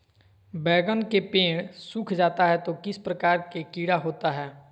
बैगन के पेड़ सूख जाता है तो किस प्रकार के कीड़ा होता है?